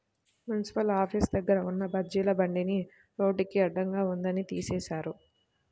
municipal office దగ్గర ఉన్న బజ్జీల బండిని రోడ్డుకి అడ్డంగా ఉందని తీసేశారు